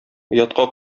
оятка